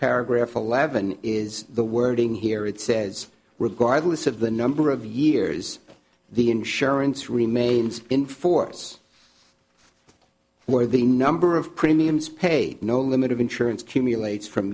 paragraph eleven is the wording here it says regardless of the number of years the insurance remains in force or the number of premiums paid no limit of insurance